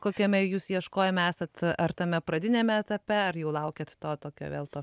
kokiame jūs ieškojime esat ar tame pradiniame etape ar jau laukiat to tokio vėl to